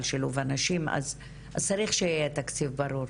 שילוב הנשים אז צריך שיהיה תקציב ברור.